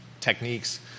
techniques